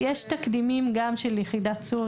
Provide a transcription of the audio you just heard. יש תקדימים גם של יחידת צור,